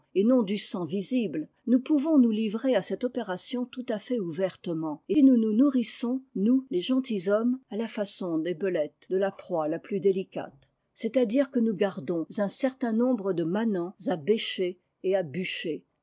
et non du sang visible nous pouvons nous livrer à cette opération toutàfaitouvertement et nous nous nourrissons nous les gentilshommes à la façon des belettes de la proie la plus délicate c'est-à-dire que nous gardons un certain nombre de manants à bêcher et à bûcher